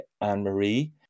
Anne-Marie